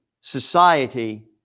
society